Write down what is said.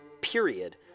period